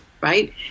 right